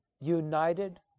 united